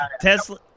Tesla